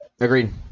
Agreed